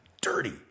dirty